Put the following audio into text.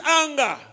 anger